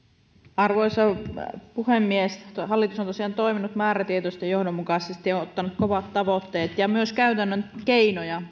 arvoisa puhemies hallitus on tosiaan toiminut määrätietoisesti ja johdonmukaisesti ja ottanut kovat tavoitteet ja päättänyt myös käytännön keinoja